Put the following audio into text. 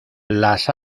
las